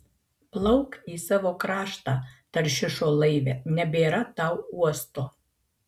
plauk į savo kraštą taršišo laive nebėra tau uosto